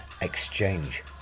exchange